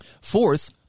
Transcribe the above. Fourth